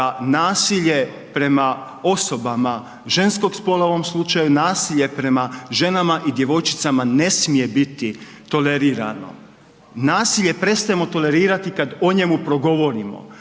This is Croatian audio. da nasilje prema osobama ženskog spola u ovom slučaju, nasilje prema ženama i djevojčicama ne smije biti tolerirano. Nasilje prestajemo tolerirati kada o njemu progovorimo,